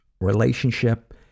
relationship